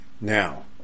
now